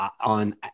on